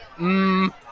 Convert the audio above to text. mmm